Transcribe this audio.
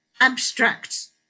abstract